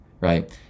right